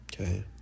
Okay